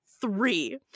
Three